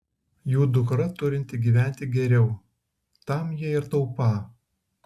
jų dukra turinti gyventi geriau tam jie ir taupą